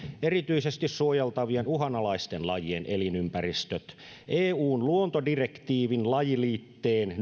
erityisesti suojeltavien uhanalaisten lajien elinympäristöt eun luontodirektiivin lajiliitteen